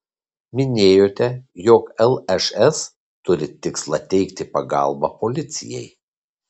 minėjote jog lšs turi tikslą teikti pagalbą policijai